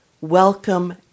welcome